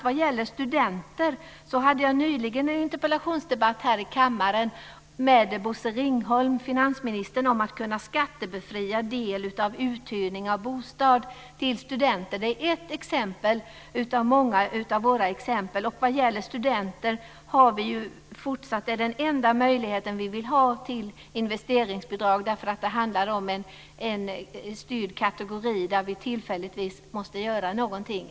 Vad gäller studenter hade jag nyligen här i kammaren en interpellationsdebatt med finansminister Bosse Ringholm om möjligheterna att skattebefria del av uthyrning av bostad till studenter. Detta är ett bland många av våra exempel. Vad gäller studenter och investeringsbidrag är detta den enda möjligheten som vi vill ha. Det handlar om en styrd kategori där vi tillfälligt måste göra något.